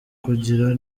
kugira